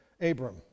Abram